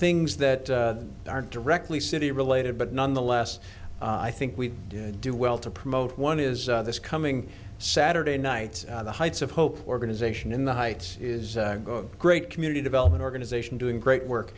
things that aren't directly city related but nonetheless i think we do well to promote one is this coming saturday nights at the heights of hope organization in the heights is a great community development organization doing great work